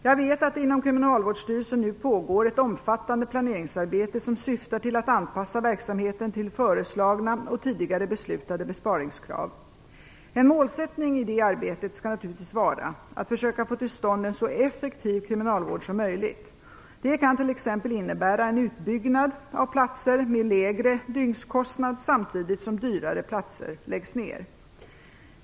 Jag vet att det inom Kriminalvårdsstyrelsen nu pågår ett omfattande planeringsarbete som syftar till att anpassa verksamheten till föreslagna och tidigare beslutade besparingskrav. En målsättning i detta arbete skall naturligtvis vara att försöka få till stånd en så effektiv kriminalvård som möjligt. Detta kan t.ex. innebära en utbyggnad av platser med lägre dygnskostnad samtidigt som dyrare platser läggs ned.